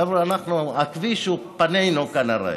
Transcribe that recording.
חבר'ה, הכביש הוא פנינו, כנראה.